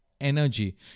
energy